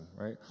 Right